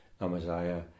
Amaziah